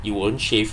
you won't shave